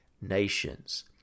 nations